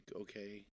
okay